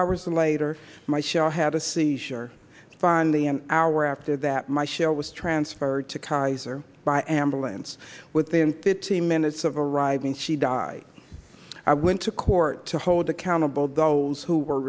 and later my shell had a seizure finally an hour after that my show was transferred to kaiser by ambulance within fifteen minutes of arriving she died i went to court to hold accountable those who were